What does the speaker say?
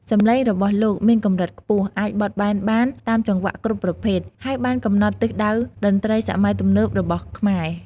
សំឡេងរបស់លោកមានកម្រិតខ្ពស់ អាចបត់បែនបានតាមចង្វាក់គ្រប់ប្រភេទ ហើយបានកំណត់ទិសដៅតន្ត្រីសម័យទំនើបរបស់ខ្មែរ។